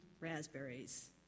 raspberries